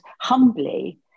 humbly